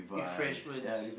refreshments